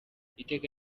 iteka